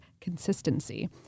consistency